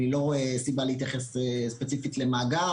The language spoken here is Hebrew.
אני לא רואה סיבה להתייחס ספציפית למאגר